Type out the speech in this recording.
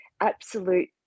absolute